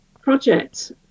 project